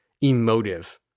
emotive